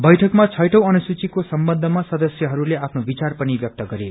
बैठकमा छैठौं अनुसूचीको सम्बन्धमा सदस्यहरूले आफ्नो विचार पनि ब्यक्त गरे